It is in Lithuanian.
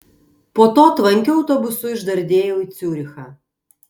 po to tvankiu autobusu išdardėjau į ciurichą